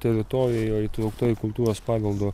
teritorija yra įtraukta į kultūros paveldo